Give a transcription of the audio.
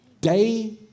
day